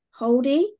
Holdy